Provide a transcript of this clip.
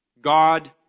God